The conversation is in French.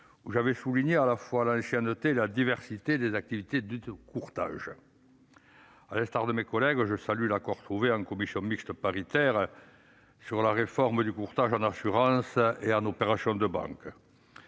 pour souligner à la fois l'ancienneté et la diversité des activités dites de courtage. À l'instar de mes collègues, je salue l'accord trouvé en commission mixte paritaire sur la réforme du courtage en assurance et en opérations de banque.